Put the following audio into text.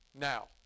now